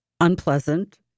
unpleasant